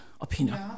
opinion